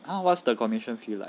!huh! what's the commission fee like